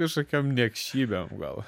kažkokiom niekšybėm gal